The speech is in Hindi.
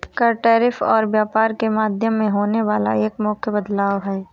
कर, टैरिफ और व्यापार के माध्यम में होने वाला एक मुख्य बदलाव हे